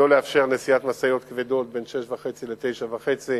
לא לאפשר נסיעת משאיות כבדות בין 06:30 ל-09:30.